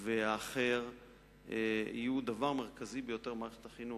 והאחר יהיו דבר מרכזי ביותר במערכת החינוך,